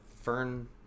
fern